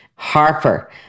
Harper